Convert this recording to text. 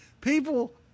People